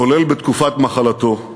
כולל בתקופת מחלתו,